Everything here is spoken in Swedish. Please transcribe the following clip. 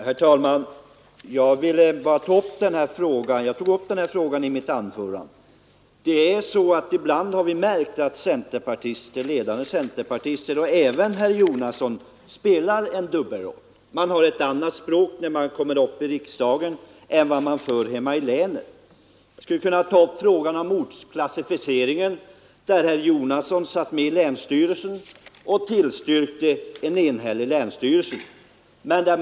Herr talman! Jag tog upp den här frågan i mitt anförande. Ibland har vi märkt att ledande centerpartister och även herr Jonasson spelar en dubbelroll. Man har ett annat språk när man kommer upp i riksdagen än vad man för hemma i länet. När det gällde t.ex. frågan om ortsklassificering satt herr Jonasson med i länsstyrelsen och tillstyrkte en enhällig länsstyrelses förslag.